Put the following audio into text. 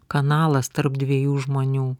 kanalas tarp dviejų žmonių